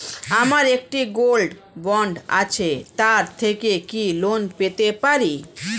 আমার একটি gold bond আছে তার থেকে কি লোন পেতে পারি?